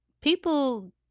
people